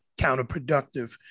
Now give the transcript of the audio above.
counterproductive